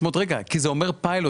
רגע, כי זה אומר פיילוט.